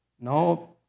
No